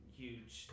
huge